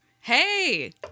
Hey